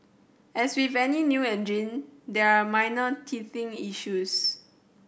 as with any new engine there are minor teething issues